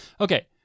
Okay